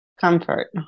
comfort